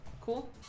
cool